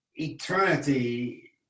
eternity